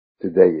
today